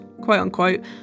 quote-unquote